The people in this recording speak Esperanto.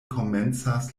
komencas